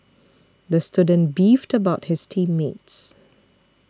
the student beefed about his team mates